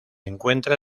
encuentra